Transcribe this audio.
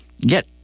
Get